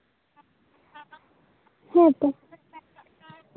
ᱦᱮᱸ ᱛᱚ